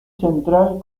central